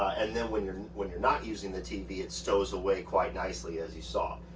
and then when you're and when you're not using the tv, it stows away quite nicely as you saw.